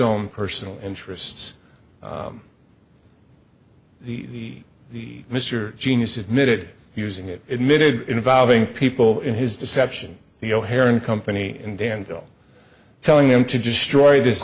own personal interests the the mr genius admitted using it admittedly involving people in his deception the o'hare in company in danville telling him to destroy this